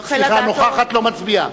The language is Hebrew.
אינה משתתפת בהצבעה נוכחת ולא מצביעה.